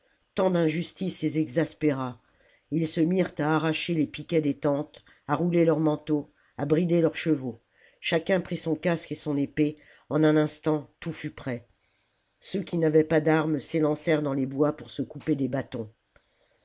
tant d'injustice les exaspéra et ils se mirent à arracher les piquets des tentes à rouler leurs manteaux à brider leurs chevaux chacun prit son casque et son épée en un instant tout fut prêt ceux qui n'avaient pas d'armes salammbo s'élancèrent dans les bois pour se couper des bâtons